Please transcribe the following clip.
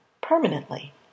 permanently